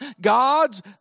God's